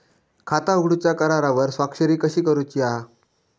खाता उघडूच्या करारावर स्वाक्षरी कशी करूची हा?